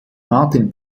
martin